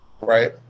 right